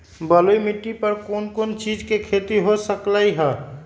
बलुई माटी पर कोन कोन चीज के खेती हो सकलई ह?